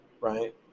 right